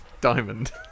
Diamond